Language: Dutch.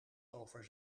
over